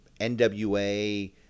NWA